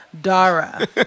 Dara